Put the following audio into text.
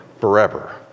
forever